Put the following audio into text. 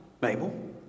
Mabel